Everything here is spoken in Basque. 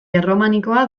erromanikoa